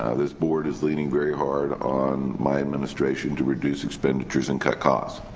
ah this board is leaning very hard on my administration to reduce expenditures and cut costs.